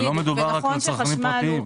לא מדובר רק על צרכנים פרטיים.